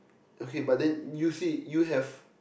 okay but then you see you have